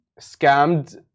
scammed